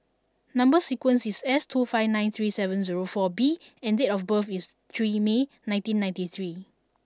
number sequence is S two five nine three seven zero four B and date of birth is three May nineteen ninety three